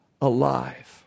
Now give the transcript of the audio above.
alive